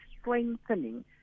strengthening